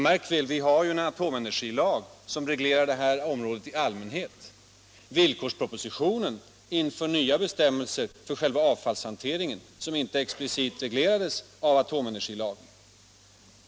Märk väl, vi har en atomenergilag som rent allmänt reglerar det här området. Villkorspropositionen inför nya bestämmelser för själva avfallshanteringen som inte explicit reglerats av atomenergilagen.